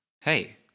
hey